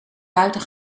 buiten